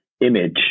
image